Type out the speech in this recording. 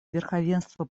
верховенства